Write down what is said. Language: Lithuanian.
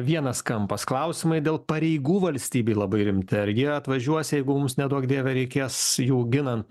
vienas kampas klausimai dėl pareigų valstybėj labai rimti ar jie atvažiuos jeigu mums neduok dieve reikės jų ginant